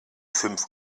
fünf